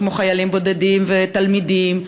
כמו חיילים בודדים ותלמידים,